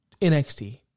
NXT